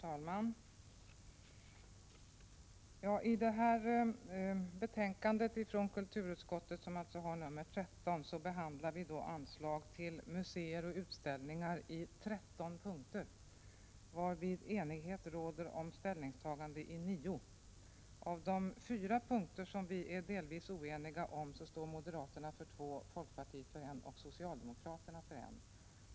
Herr talman! I detta betänkande från kulturutskottet, nr 13, behandlas i 13 punkter anslag till museer och utställningar. Enighet råder om nio punkter. Av de fyra punkter som vi är delvis oeniga om står moderaterna för två, folkpartiet för en och socialdemokraterna för en.